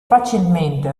facilmente